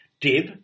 Dib